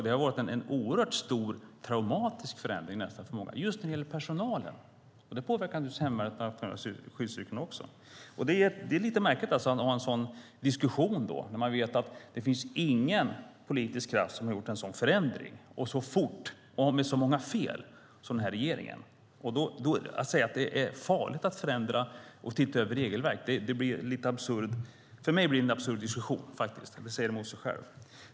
Det har varit en oerhört stor och nästan traumatisk förändring för många just när det gäller personalen. Det påverkar naturligtvis hemvärnet och de nationella skyddsstyrkorna också. Det är lite märkligt att ha en sådan diskussion när man vet att det inte finns någon politisk kraft som har gjort en sådan förändring så fort och med så många fel som den här regeringen har gjort. Om man då säger att det är farligt att förändra och titta över regelverk blir det för mig en absurd diskussion. Man säger emot sig själv.